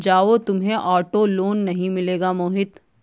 जाओ, तुम्हें auto loan नहीं मिलेगा मोहित